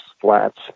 flats